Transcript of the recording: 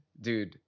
dude